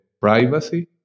privacy